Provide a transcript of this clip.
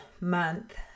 month